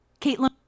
Caitlin